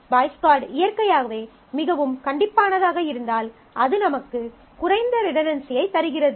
boys code இயற்கையாகவே மிகவும் கண்டிப்பானதாக இருந்தால் அது நமக்கு குறைந்த ரிடன்டன்சியைத் தருகிறது